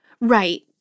Right